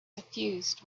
suffused